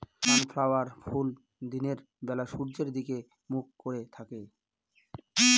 sunflower ফুল দিনের বেলা সূর্যের দিকে মুখ করে থাকে